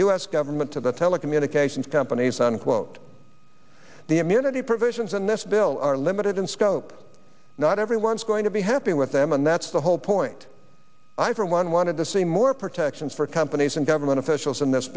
s government to the telecommunications companies unquote the immunity provisions in this bill are limited in scope not everyone's going to be happy with them and that's the whole point i for one wanted to see more protections for companies and government officials in this